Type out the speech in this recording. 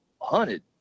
hunted